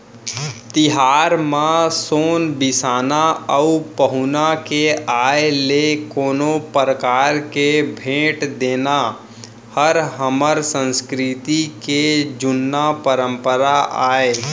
तिहार म सोन बिसाना अउ पहुना के आय ले कोनो परकार के भेंट देना हर हमर संस्कृति के जुन्ना परपंरा आय